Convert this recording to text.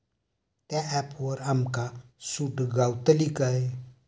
त्या ऍपवर आमका सूट गावतली काय?